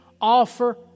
offer